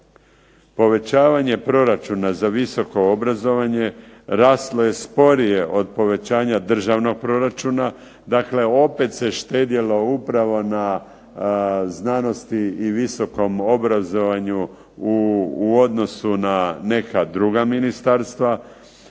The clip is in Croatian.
Povećavanje proračuna za visoko obrazovanje raslo je sporije od povećanja državnog proračuna, dakle opet se štedjelo upravo na znanosti i visokom obrazovanju u odnosu na neka druga ministarstva